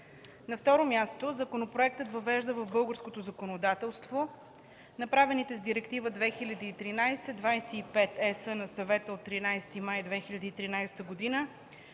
На второ място, законопроектът въвежда в българското законодателство направените с Директива 2013/25/ЕС на Съвета от 13 май 2013 г. за